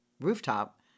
rooftop